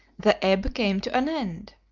the ebb came to an end.